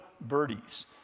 birdies